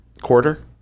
Quarter